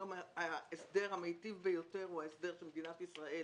היום ההסדר המיטיב ביותר הוא ההסדר שמדינת ישראל